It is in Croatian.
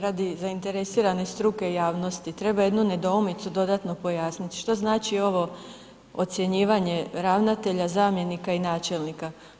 Radi zainteresirane struke javnosti treba jednu nedoumicu dodanu pojasniti, što znači ovo ocjenjivanje ravnatelja, zamjenika i načelnika.